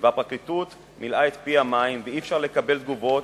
והפרקליטות מילאה פיה מים ואי-אפשר לקבל תגובות.